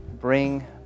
bring